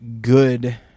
good